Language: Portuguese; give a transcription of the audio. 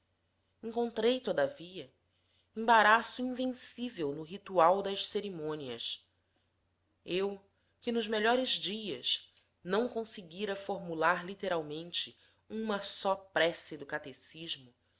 encontrei todavia embaraço invencível no ritual das cerimônias eu que nos melhores dias não conseguira formular literalmente uma só prece do catecismo